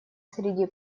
среди